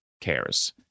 cares